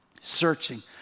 searching